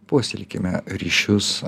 puoselėkime ryšius